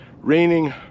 raining